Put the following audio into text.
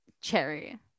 cherry